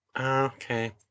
Okay